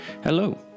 Hello